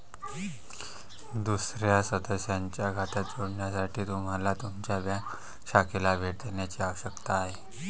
दुसर्या सदस्याच्या खात्यात जोडण्यासाठी तुम्हाला तुमच्या बँक शाखेला भेट देण्याची आवश्यकता आहे